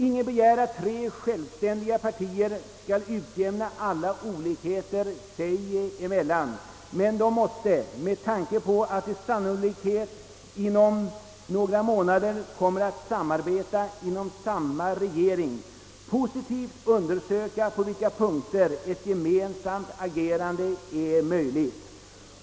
Ingen begär att tre självständiga partier skall utjämna alla olikheter sinsemellan, men de måste med tanke på att de sannolikt inom några månader kommer att samarbeta i samma regering positivt undersöka på vilka punkter ett gemensamt agerande är möjligt.